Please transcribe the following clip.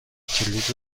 کلید